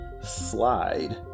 slide